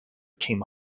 came